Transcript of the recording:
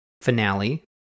finale